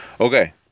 Okay